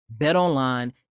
BetOnline